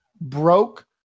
broke